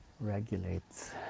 regulates